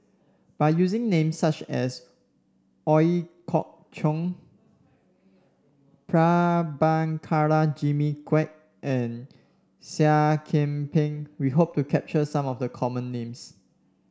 by using names such as Ooi Kok Chuen Prabhakara Jimmy Quek and Seah Kian Peng we hope to capture some of the common names